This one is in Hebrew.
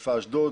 חיפה ואשדוד,